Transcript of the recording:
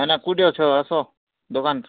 ନା ନା କେଉଁଠି ଅଛ ଆସ ଦୋକାନ୍